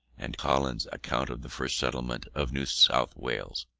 and collins's account of the first settlement of new south wales.